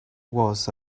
was